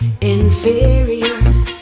inferior